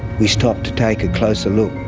we stopped to take a closer look.